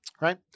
right